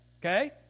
Okay